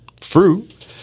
fruit